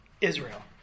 Israel